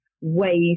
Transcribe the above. ways